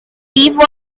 deep